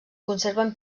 conserven